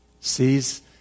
sees